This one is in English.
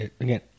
again